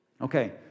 Okay